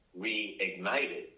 reignited